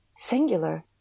Singular